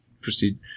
proceed